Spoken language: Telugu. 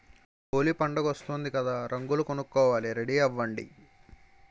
హోలీ పండుగొస్తోంది కదా రంగులు కొనుక్కోవాలి రెడీ అవ్వండి